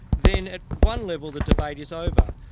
then at one level the debate is over.